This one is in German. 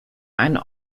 ein